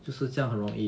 就是这样容易